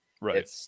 Right